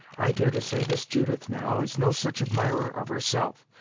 i dare to say this judith, now, is no such admirer of herself,